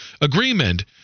agreement